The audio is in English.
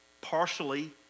partially